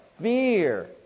Fear